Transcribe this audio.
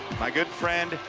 my good friend,